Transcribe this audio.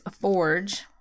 forge